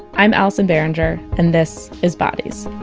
i'm allison behringer. and this is bodies